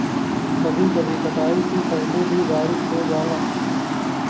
कभी कभी कटाई से पहिले भी बारिस हो जाला